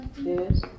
Yes